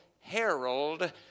herald